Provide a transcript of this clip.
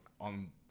on